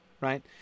right